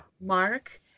mark